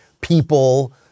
people